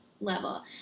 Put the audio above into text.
level